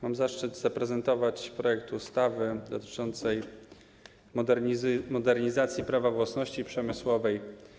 Mam zaszczyt zaprezentować projekt ustawy dotyczącej modernizacji Prawa własności przemysłowej.